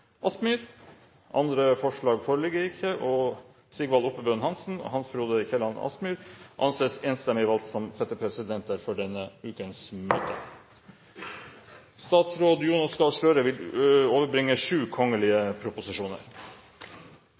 – Andre forslag foreligger ikke, og Sigvald Oppebøen Hansen og Hans Frode Kielland Asmyhr anses enstemmig valgt som settepresidenter for denne ukens møter. Etter ønske fra helse- og omsorgskomiteen vil